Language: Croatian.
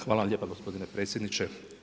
Hvala vam lijepa gospodine potpredsjedniče.